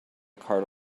cart